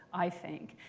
i think,